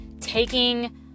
taking